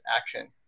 action